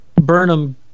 Burnham